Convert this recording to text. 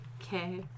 Okay